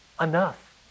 enough